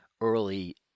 early